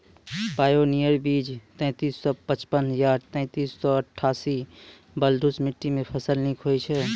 Pioneer बीज तेंतीस सौ पचपन या तेंतीस सौ अट्ठासी बलधुस मिट्टी मे फसल निक होई छै?